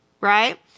right